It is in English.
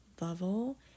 level